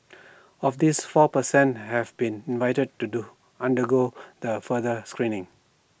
of these four percent have been invited to do undergo the further screening